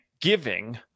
giving